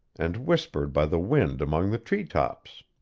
and whispered by the wind among the tree-tops.